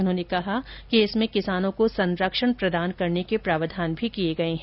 उन्होंने कहा कि इसमें किसानों को संरक्षण प्रदान करने के प्रावधान भी किये गये हैं